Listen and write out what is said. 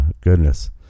goodness